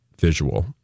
visual